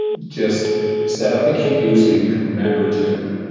just set up a cue so you can remember to do it.